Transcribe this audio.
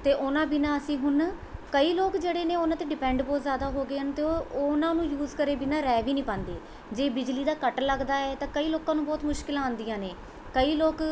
ਅਤੇ ਉਹਨਾਂ ਬਿਨਾਂ ਅਸੀਂ ਹੁਣ ਕਈ ਲੋਕ ਜਿਹੜੇ ਨੇ ਉਹਨਾਂ 'ਤੇ ਡਿਪੈਂਡ ਬਹੁਤ ਜ਼ਿਆਦਾ ਹੋ ਗਏ ਹਨ ਅਤੇ ਉਹਨਾਂ ਨੂੰ ਯੂਜ਼ ਕਰੇ ਬਿਨਾਂ ਰਹਿ ਵੀ ਨਹੀਂ ਪਾਉਂਦੇ ਜੇ ਬਿਜਲੀ ਦਾ ਕੱਟ ਲੱਗਦਾ ਏ ਤਾਂ ਕਈ ਲੋਕਾਂ ਨੂੰ ਬਹੁਤ ਮੁਸ਼ਕਿਲਾਂ ਆਉਂਦੀਆਂ ਨੇ ਕਈ ਲੋਕ